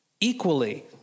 equally